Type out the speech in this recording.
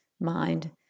mind